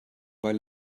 weil